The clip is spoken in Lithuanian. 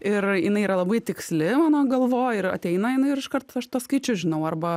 ir jinai yra labai tiksli mano galvoj ir ateina jinai ir iškart aš tuos skaičius žinau arba